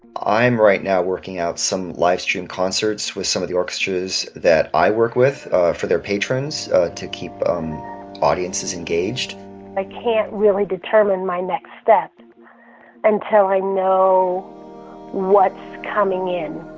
i am right now working out some livestream concerts with some of the orchestras that i work with for their patrons to keep um audiences engaged i can't really determine my next step until i know what's coming in